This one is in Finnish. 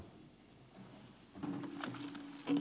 arvoisa puhemies